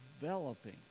developing